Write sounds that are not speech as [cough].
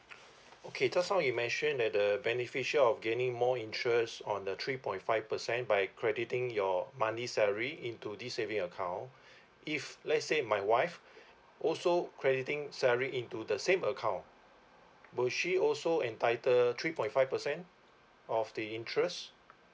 okay just now you mentioned that the beneficial of gaining more interest on the three point five percent by crediting your monthly salary into this saving account [breath] if let's say my wife [breath] also crediting salary into the same account will she also entitled three point five percent of the interest or you